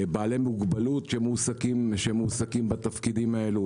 בעלי מוגבלות שמועסקים בתפקידים הללו,